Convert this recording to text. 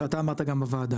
כמו שאתה אמרת גם בוועדה,